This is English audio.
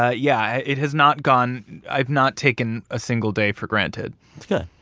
ah yeah, it has not gone i've not taken a single day for granted yeah.